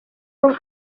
kuri